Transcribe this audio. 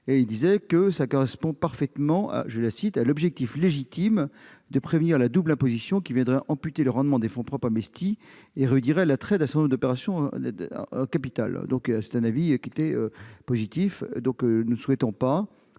Le CPO estime qu'elle correspond parfaitement « à l'objectif légitime de prévenir la double imposition qui viendrait amputer le rendement des fonds propres investis, et réduirait l'attrait d'un certain nombre d'opérations en capital ». C'est un avis positif. Dès lors, nous ne souhaitons pas